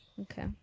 Okay